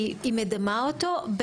היא מדמה אותו,